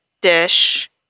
dish